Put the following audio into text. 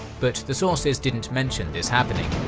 but the sources didn't mention this happening,